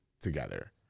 together